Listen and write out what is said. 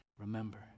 remember